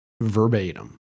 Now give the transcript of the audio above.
verbatim